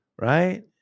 Right